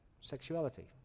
sexuality